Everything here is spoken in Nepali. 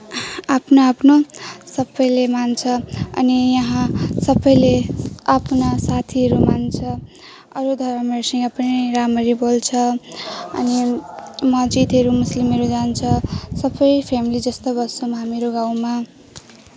आफ्नो आफ्नो सबैले मान्छ अनि यहाँ सबैले आफ्ना साथीहरू मान्छ अरू धर्महरूसँग पनि राम्ररी बोल्छ अनि मस्जिदहरू मुस्लिमहरू जान्छ सबै फ्यामिली जस्तो बस्छौँ हामीहरू गाउँमा